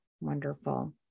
Wonderful